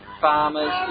Farmers